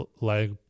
leg